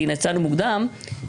כי יצאנו מוקדם,